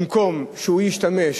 במקום שהוא ישתמש